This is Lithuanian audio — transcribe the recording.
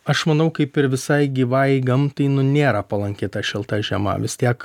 aš manau kaip ir visai gyvajai gamtai nu nėra palanki ta šilta žiema vis tiek